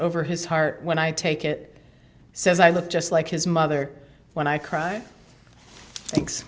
over his heart when i take it says i look just like his mother when i cry thanks